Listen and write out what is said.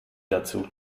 dazu